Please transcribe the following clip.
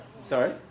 Sorry